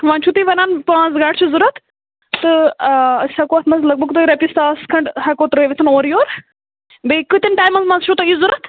وۄنۍ چھِو تُہۍ وَنان پاںژھ گاڈِ چھِو ضوٚرتھ تہٕ أسۍ ہٮ۪کَو اَتھ منٛز لگ بگ تۄہہِ رۄپیہِ ساس کھنڈ ہٮ۪کَو ترٲوِتھ اورٕ یور بیٚیہِ کۭتٮ۪ن ٹایمَن منٛز چھو تۄہہِ یہِ ضوٚرتھ